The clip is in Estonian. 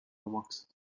omaks